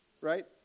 right